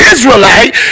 Israelite